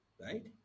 right